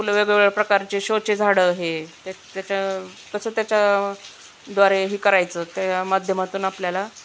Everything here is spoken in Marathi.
फुलं वेगवेगळ्या प्रकारचे शोचे झाडं हे त्याच्या तसं त्याच्याद्वारे हे करायचं त्या माध्यमातून आपल्याला